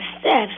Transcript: steps